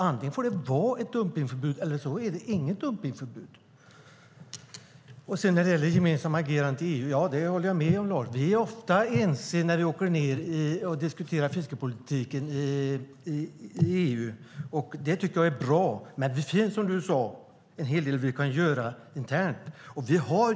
Antingen får det vara ett dumpningsförbud eller också är det inget dumpningsförbud. När det sedan gäller det gemensamma agerandet i EU håller jag med Lars. Vi är ofta ense när vi åker ned och diskuterar fiskeripolitiken i EU, och det tycker jag är bra. Men det finns, som du sade, en hel del vi kan göra internt.